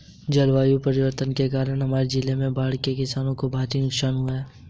जलवायु परिवर्तन के कारण हमारे जिले में बाढ़ से किसानों को भारी नुकसान हुआ है